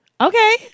Okay